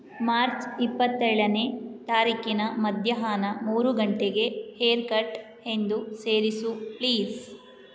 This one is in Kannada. ಮಾರ್ಚ್ ಇಪ್ಪತ್ತೇಳನೇ ತಾರೀಕಿನ ಮಧ್ಯಾಹ್ನ ಮೂರು ಗಂಟೆಗೆ ಹೇರ್ಕಟ್ ಎಂದು ಸೇರಿಸು ಪ್ಲೀಸ್